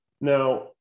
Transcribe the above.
Now